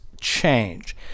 change